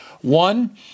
One